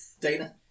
Dana